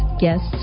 guests